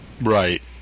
Right